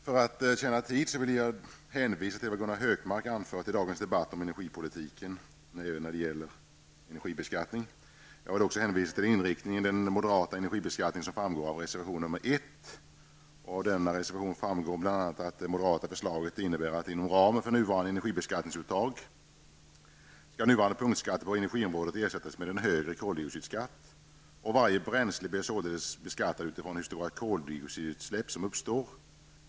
Herr talman! För att tjäna tid vill jag hänvisa till vad Gunnar Hökmark anfört i dagens debatt om energipolitiken, även när det gäller energibeskattningen. Jag vill också hänvisa till den inriktning av den moderata energibeskattningen som framgår av reservation 1. Av denna reservation framgår bl.a. att det moderata förslaget innebär att inom ramen för nuvarande energibeskattningsuttag skall nuvarande punktskatter på energiområdet ersättas med en högre koldioxidskatt. Varje bränsle blir således beskattat med utgångspunkt från det koldioxidutsläpp som uppstår.